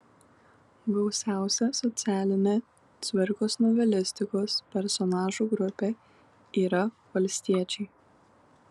gausiausia socialinė cvirkos novelistikos personažų grupė yra valstiečiai